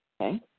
Okay